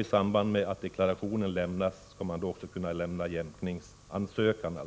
I samband med att deklarationen inlämnas skall man alltså kunna inge också jämkningsansökan.